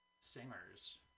singers